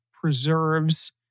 preserves